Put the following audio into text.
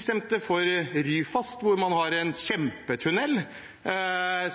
stemte for Ryfast, hvor man har en kjempetunnel,